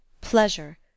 Pleasure